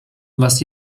was